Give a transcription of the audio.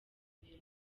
umugore